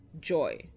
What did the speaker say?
joy